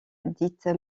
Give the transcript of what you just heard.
dite